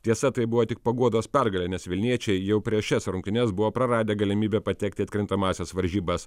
tiesa tai buvo tik paguodos pergalė nes vilniečiai jau prieš šias rungtynes buvo praradę galimybę patekti į atkrintamąsias varžybas